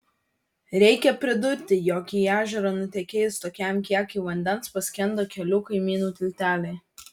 reikia pridurti jog į ežerą nutekėjus tokiam kiekiui vandens paskendo kelių kaimynų tilteliai